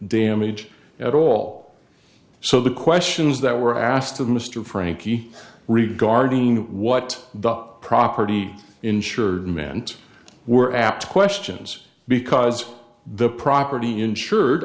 damage at all so the questions that were asked of mr frankie regarding what the property insured meant were apt questions because the property insured